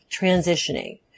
transitioning